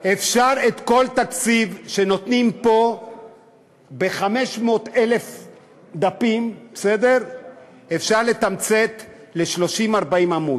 אפשר את כל התקציב שנותנים פה ב-500,000 דפים לתמצת ל-30 40 עמודים.